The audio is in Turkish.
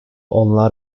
onlar